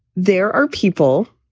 there are people,